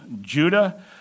Judah